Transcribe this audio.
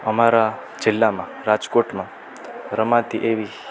અમારા જિલ્લામાં રાજકોટમાં રમાતી એવી